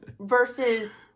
versus